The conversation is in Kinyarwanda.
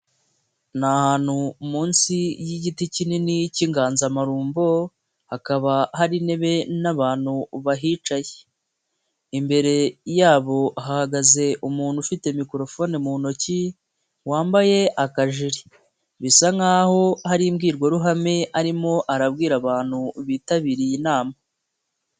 Ni ahantu munsi y'igiti kinini k'inganzamarumbo hakaba hari intebe n'abantu bahicaye, imbere yabo hahagaze umuntu ufite mikorofone mu ntoki wambaye akajiri bisa nk'aho hari imbwirwaruhame arimo arabwira abantu bitabiriye inama.